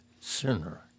sinner